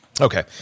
Okay